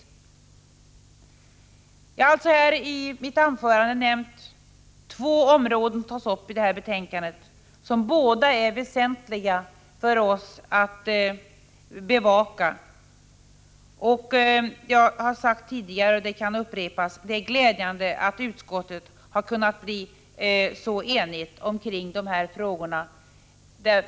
Jag har i mitt anförande nämnt två områden som båda är väsentliga för oss att bevaka. Jag har sagt det tidigare, och det kan upprepas, att det är glädjande att utskottet har kunnat bli så enigt i dessa frågor.